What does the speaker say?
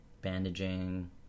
Bandaging